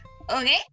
Okay